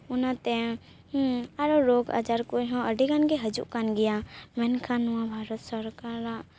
ᱚᱱᱟᱛᱮ ᱟᱨᱚ ᱨᱳᱜᱽ ᱟᱡᱟᱨ ᱠᱚᱦᱚᱸ ᱟᱹᱰᱤ ᱜᱟᱱ ᱜᱮ ᱦᱤᱡᱩᱜ ᱠᱟᱱ ᱜᱮᱭᱟ ᱢᱮᱱᱠᱷᱟᱱ ᱱᱚᱣᱟ ᱵᱷᱟᱨᱚᱛ ᱥᱚᱨᱠᱟᱨᱟᱜ